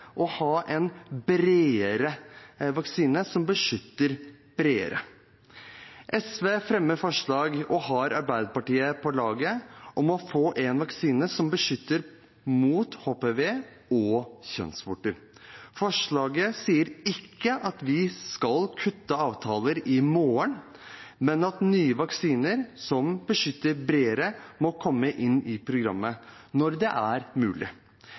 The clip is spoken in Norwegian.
ha en vaksine som beskytter bredere. SV fremmer med Arbeiderpartiet på laget forslag om å få en vaksine som beskytter mot HPV og kjønnsvorter. Forslaget sier ikke at vi skal kutte avtaler i morgen, men at nye vaksiner som beskytter bredere, må komme inn i programmet når det er mulig.